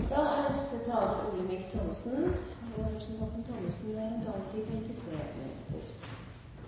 Representanten Olsen mente at man måtte kunne ha to tanker i hodet samtidig. Den ene tanken er evaluering, det har